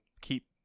keep